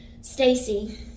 Stacy